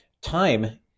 time